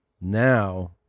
now